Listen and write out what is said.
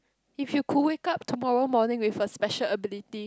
if you could wake up tomorrow morning with a special ability